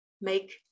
make